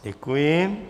Děkuji.